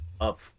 up